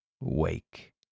Wake